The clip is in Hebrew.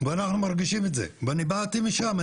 ואנחנו מרגישים את זה ואני באתי משם,